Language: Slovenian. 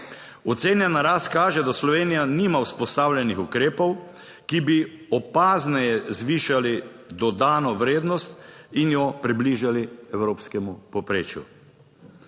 Ocenjena rast kaže, da Slovenija nima vzpostavljenih ukrepov, ki bi opazneje zvišali dodano vrednost in jo približali evropskemu povprečju.